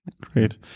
Great